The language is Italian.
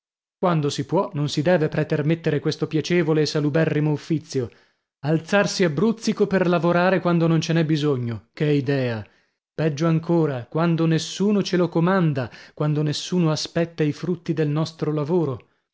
quando si può non si deve pretermettere questo piacevole e saluberrimo uffizio alzarsi a bruzzico per lavorare quando non ce n'è bisogno che idea peggio ancora quando nessuno ce lo comanda quando nessuno aspetta i frutti del nostro lavoro